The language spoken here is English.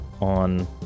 on